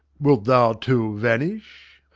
wilt thou, too, vanish?